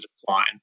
decline